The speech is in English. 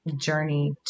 journey